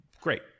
great